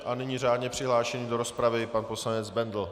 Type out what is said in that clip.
A nyní řádně přihlášený do rozpravy pan poslanec Bendl.